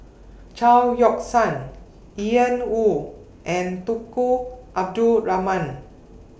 Chao Yoke San Ian Woo and Tunku Abdul Rahman